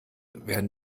werden